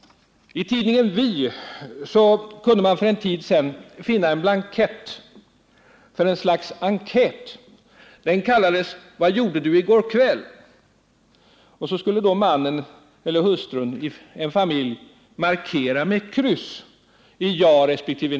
I tidningen Vi kunde man för en tid sedan finna en blankett för ett slags enkät. Den kallades: ”Vad gjorde du i går kväll?” Där skulle mannen eller hustrun i en familj markera med kryss i jaresp.